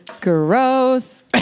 Gross